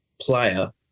player